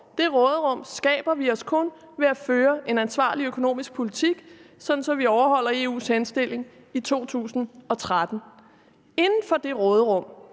Det råderum skaber vi os kun ved at føre en ansvarlig økonomisk politik, sådan at vi overholder EU's henstilling i 2013. Inden for det råderum